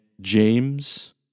James